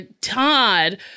Todd